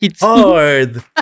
Hard